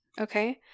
Okay